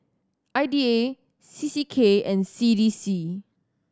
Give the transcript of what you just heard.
I D A C C K and C D C